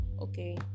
okay